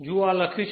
જુઓ આ લખ્યું છે